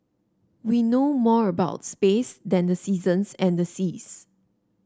we know more about space than the seasons and the seas